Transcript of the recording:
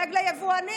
דואג ליבואנים,